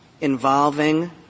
involving